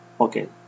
Okay